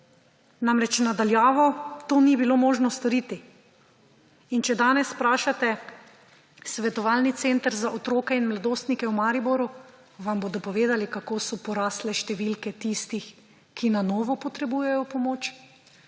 Namreč na daljavo to ni bilo možno storiti. In če danes vprašate Svetovalni center za otroke in mladostnike v Mariboru, vam bodo povedali, kako so porasle številke tistih, ki na novo potrebujejo pomoč,